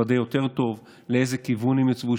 לוודא יותר טוב באיזה כיוון הן יוצבו,